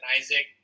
Isaac